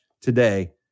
today